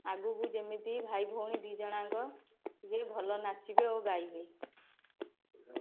ଆଗକୁ ଯେମିତି ଭାଇ ଭଉଣୀ ଦୁଇଜଣଯାକ ବି ଭଲ ନାଚିବେ ଓ ଗାଇବେ